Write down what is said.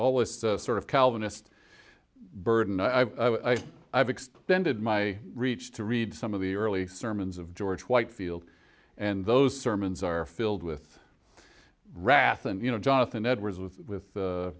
all this sort of calvinist burden i've extended my reach to read some of the early sermons of george whitefield and those sermons are filled with rath and you know jonathan edwards with with